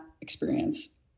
experience